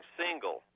single